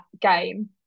game